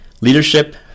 Leadership